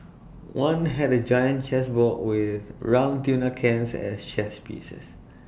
one had A giant chess board with round tuna cans as chess pieces